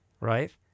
Right